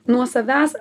nuo savęs